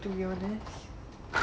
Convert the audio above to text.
to be honest